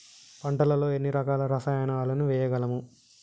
పంటలలో ఎన్ని రకాల రసాయనాలను వేయగలము?